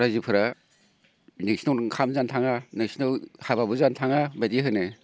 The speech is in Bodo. रायजोफोरा नोंसिनाव ओंखाम जानो थाङा नोंसिनाव हाबाबो जानो थाङा बिबायदि होनो